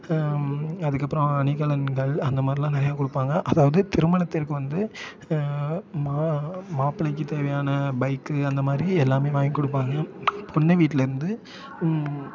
அதுக்கப்புறம் அணிகலன்கள் அந்த மாதிரில்லாம் நிறையா கொடுப்பாங்க அதாவது திருமணத்திற்கு வந்து மா மாப்பிள்ளைக்கு தேவையான பைக்கு அந்த மாதிரி எல்லாமே வாங்கி கொடுப்பாங்க பொண்ணு வீட்டிலருந்து